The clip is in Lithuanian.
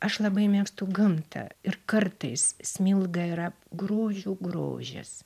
aš labai mėgstu gamtą ir kartais smilga yra grožių grožis